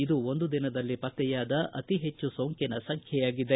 ಇದು ಒಂದು ದಿನದಲ್ಲಿ ಪತ್ತೆಯಾದ ಅತಿ ಹೆಚ್ಚು ಸೋಂಕಿನ ಸಂಖ್ಯೆಯಾಗಿದೆ